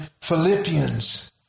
Philippians